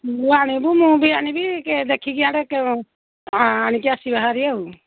ତୁ ଆଣିବୁ ମୁଁ ବି ଆଣିବି ଦେଖିକି ଆଡ଼େ ଆଣିକି ଆସିବା ହାରି ଆଉ